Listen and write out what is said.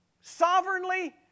sovereignly